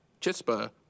Chispa